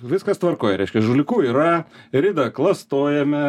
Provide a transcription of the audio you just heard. viskas tvarkoj reiškia žulikų yra ridą klastojame